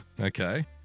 okay